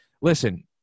listen